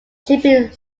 chipping